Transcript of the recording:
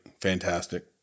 Fantastic